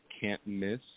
can't-miss